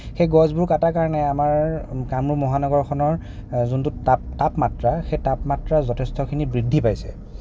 সেই গছবোৰ টাৰ কাৰণে আমাৰ কামৰূপ মহানগৰখনৰ যোনটো তাপ তাপমাত্ৰা সেই তাপমাত্ৰা যথেষ্টখিনি বৃদ্ধি পাইছে